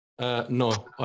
No